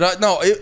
No